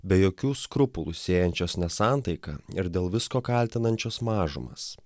be jokių skrupulų sėjančios nesantaiką ir dėl visko kaltinančios mažumas